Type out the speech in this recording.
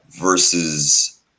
versus